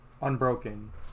Unbroken